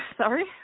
sorry